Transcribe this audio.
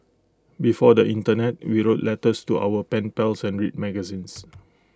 before the Internet we wrote letters to our pen pals and read magazines